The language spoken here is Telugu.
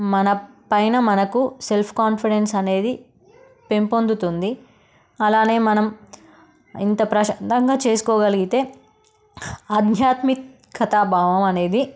మన పైన మనకు సెల్ఫ్ కాన్ఫిడెన్స్ అనేది పెంపొందుతుంది అలానే మనం ఇంత ప్రశాంతంగా చేసుకోగలిగితే ఆధ్యాత్మిక భావం అనేది